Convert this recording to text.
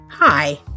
Hi